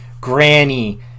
Granny